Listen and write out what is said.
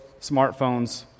smartphones